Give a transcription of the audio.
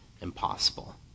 impossible